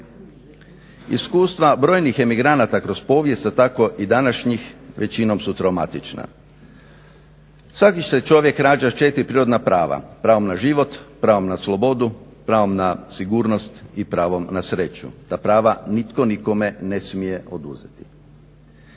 Iskustva brojnih emigranata kroz povijest, a tako i današnjih većinom su traumatična. Svaki se čovjek rađa s četiri prirodna prava, pravom na život, pravom na slobodu, pravom na sigurnost i pravom na sreću. Ta prava nitko nikome ne smije oduzeti.